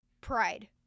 pride